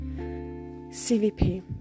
CVP